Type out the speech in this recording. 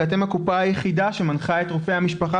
כי אתם הקופה היחידה שמנחה את רופאי המשפחה